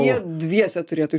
jie dviese turėtų